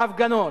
בהפגנות.